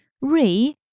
Re